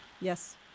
Yes